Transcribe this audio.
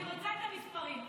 אני רוצה את המספרים.